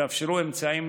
התאפשרו אמצעים,